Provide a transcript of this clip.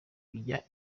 kujya